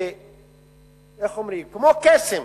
איך אומרים, כמו קסם,